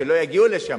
שלא יגיעו לשם,